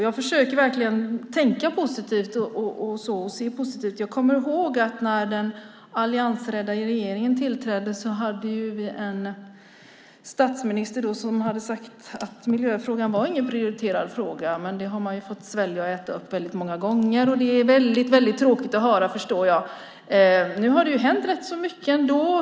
Jag försöker verkligen tänka positivt och se positivt, men jag kommer ihåg att när den alliansledda regeringen tillträdde hade vi en statsminister som hade sagt att miljöfrågan inte var någon prioriterad fråga. Det har man ju fått äta upp väldigt många gånger. Det är väldigt tråkigt att höra, förstår jag. Nu har det ändå hänt rätt så mycket.